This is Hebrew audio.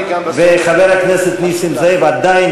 גם בסוגיה חבר הכנסת נסים זאב עדיין,